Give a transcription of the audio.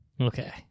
Okay